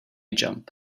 jump